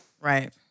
Right